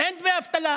ואין דמי אבטלה.